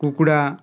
କୁକୁଡ଼ା